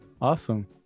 Awesome